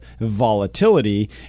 volatility